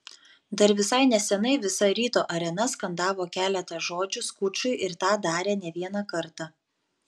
dar visai nesenai visa ryto arena skandavo keletą žodžių skučui ir tą darė ne vieną kartą